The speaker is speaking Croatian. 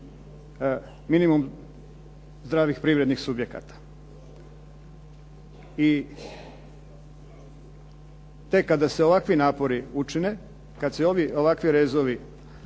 minimum zdravih privrednih subjekata. I tek kada se ovakvi načini učine, kada se ovakvi rezovi